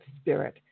spirit